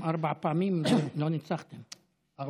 אין לכם את נפתלי בנט עוד פעם.